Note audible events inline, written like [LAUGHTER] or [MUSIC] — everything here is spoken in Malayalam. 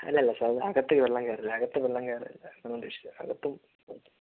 അല്ലല്ല സർ അകത്തു വെള്ളം കയറില്ല അകത്തു വെള്ളം കയറില്ല അതോണ്ട് [UNINTELLIGIBLE] ആകത്തും